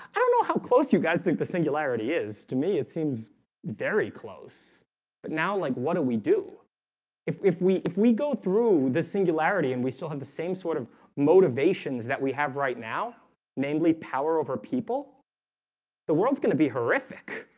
i don't know how close you guys think the singularity is to me. it seems very close but now like what do we do if if we if we go through the singularity and we still have the same sort of motivations that we have right now namely power over people the world's going to be horrific